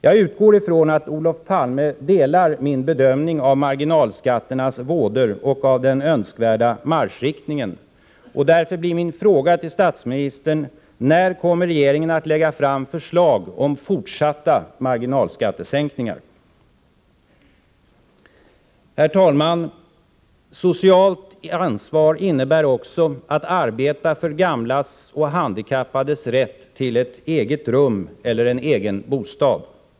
Jag utgår från att Olof Palme delar min bedömning av marginalskatternas vådor och av den önskvärda marschriktningen. Därför blir min fråga till statsministern: När kommer regeringen att lägga fram förslag om fortsatta marginalskattesänkningar? Herr talman! Socialt ansvar innebär också arbete för gamlas och handikappades rätt till ett eget rum eller en egen bostad.